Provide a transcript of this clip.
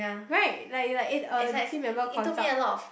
right like like if a team member consults